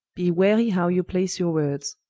be wary how you place your words,